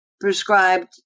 prescribed